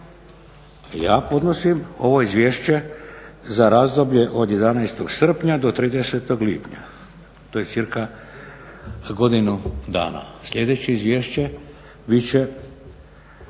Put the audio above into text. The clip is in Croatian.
ja podnosi ovo izvješće za razdoblje od 11. srpnja do 30. lipnja, to je cca. godinu dana. Sljedeće izvješće biti će